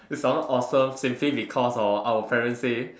if I'm not awesome simply because hor our parents say